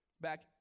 back